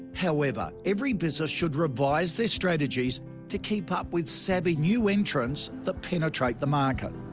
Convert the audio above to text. however, every business should revise their strategies to keep up with savvy, new and trends that penetrate the market.